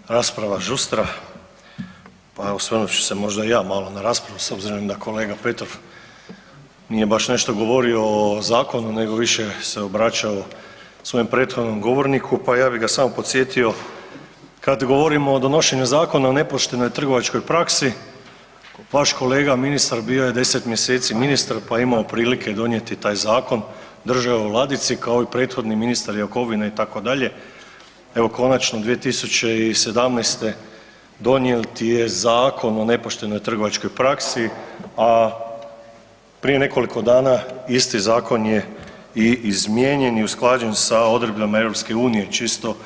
Evo, rasprava žustra pa evo osvrnut ću se možda i ja malo na raspravu s obzirom da kolega Petrov nije baš nešto govorio o zakonu nego više se obraćao svojem prethodnom govorniku pa ja bi ga samo podsjetio, kad govorimo o donošenju Zakona o nepoštenoj trgovačkoj praksi, vaš kolega ministar bio je 10 mjeseci ministar pa je imao prilike donijeti taj zakon, držao u ladici kao i prethodni ministar Jakovina, itd., evo konačno 2017. donijet je Zakon o nepoštenoj trgovačkoj praksi, a prije nekoliko dana isti zakon je i izmijenjen i usklađen sa odredbama EU, čisto